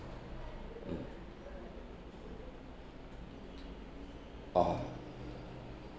mm oh